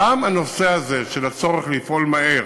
גם הנושא הזה של הצורך לפעול מהר